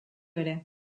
ere